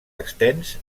extens